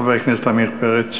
חבר הכנסת עמיר פרץ.